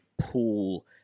pool